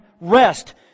rest